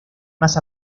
más